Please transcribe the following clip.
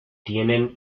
tienen